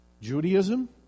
Judaism